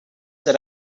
that